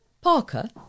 Parker